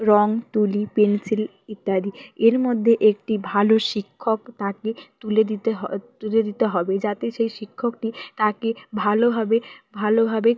রঙ তুলি পেনসিল ইত্যাদি এর মধ্যে একটি ভালো শিক্ষক তাকে তুলে দিতে হ তুলে দিতে হবে যাতে সেই শিক্ষকটি তাকে ভালোভাবে ভালোভাবে